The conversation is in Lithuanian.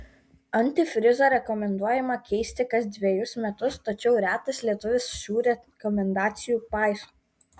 antifrizą rekomenduojama keisti kas dvejus metus tačiau retas lietuvis šių rekomendacijų paiso